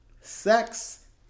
Sex